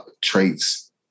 traits